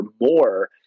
more